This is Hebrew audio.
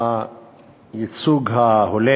הייצוג ההולם